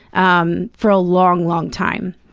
um for a long, long time.